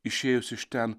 išėjus iš ten